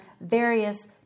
various